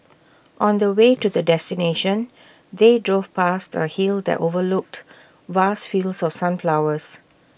on the way to the destination they drove past A hill that overlooked vast fields of sunflowers